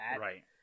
Right